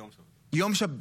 כן,